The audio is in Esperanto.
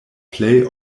plej